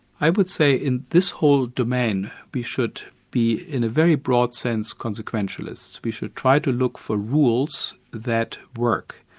i would say in this whole domain, we should be in a very broad sense, consequentialists. we should try to look for rules that work.